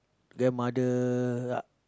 grandmother lah